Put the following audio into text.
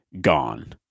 Gone